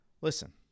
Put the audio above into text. Listen